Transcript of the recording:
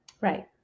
Right